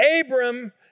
Abram